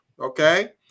okay